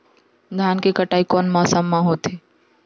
धान के कटाई कोन मौसम मा होथे?